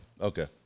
Okay